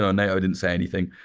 nato didn't say anything.